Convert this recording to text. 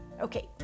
Okay